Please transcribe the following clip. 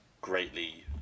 greatly